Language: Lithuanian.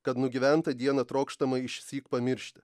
kad nugyventą dieną trokštama išsyk pamiršti